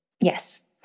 yes